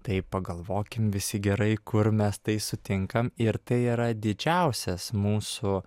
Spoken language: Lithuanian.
tai pagalvokim visi gerai kur mes tai sutinkam ir tai yra didžiausias mūsų